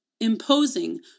imposing